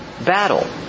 battle